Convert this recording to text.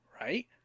right